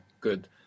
Good